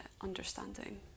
understanding